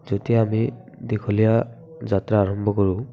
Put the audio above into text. যেতিয়া আমি দীঘলীয়া যাত্ৰা আৰম্ভ কৰোঁ